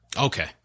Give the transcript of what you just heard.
Okay